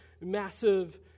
massive